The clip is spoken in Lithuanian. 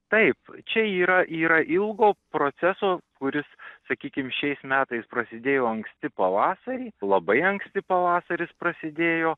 taip čia yra yra ilgo proceso kuris sakykim šiais metais prasidėjo anksti pavasarį labai anksti pavasaris prasidėjo